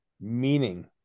meaning